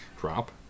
Drop